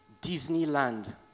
Disneyland